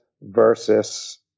versus